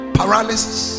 paralysis